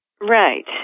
Right